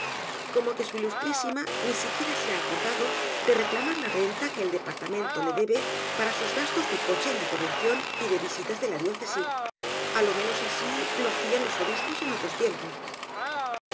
como que su ilustrísima ni siquiera se ha acordado de reclamar la renta que el departamento le debe para sus gastos de coche en la poblacion y de visitas en la diócesi a lo menos así lo hacian los obispos en otros tiempos